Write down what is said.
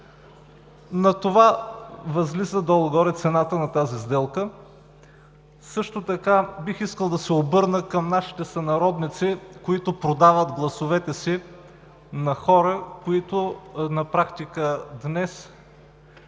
на толкова възлиза цената на тази сделка. Също така, бих искал да се обърна към нашите сънародници, продаващи гласовете си на хора, които на практика ще